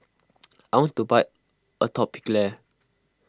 I want to buy Atopiclair